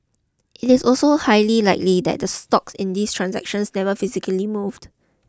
it is also highly likely that the stocks in these transactions never physically moved